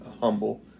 humble